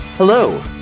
Hello